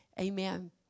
Amen